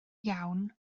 iawn